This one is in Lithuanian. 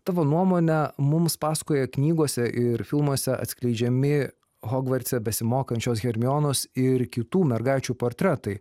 tavo nuomone mums pasakoja knygose ir filmuose atskleidžiami hogvartse besimokančios hermionos ir kitų mergaičių portretai